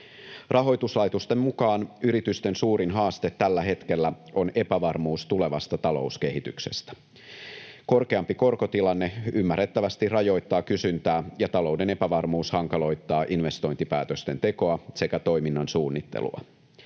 Rahoituslaitosten mukaan yritysten suurin haaste tällä hetkellä on epävarmuus tulevasta talouskehityksestä. Korkeampi korkotilanne ymmärrettävästi rajoittaa kysyntää, ja talouden epävarmuus hankaloittaa investointipäätösten tekoa sekä toiminnan suunnittelua.